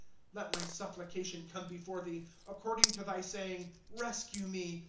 let my supplication come before thee according to thy saying, rescue me.